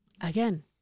again